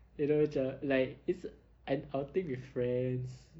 you know macam like it's an outing with friends